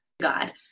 God